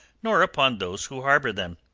nor upon those who harbour them.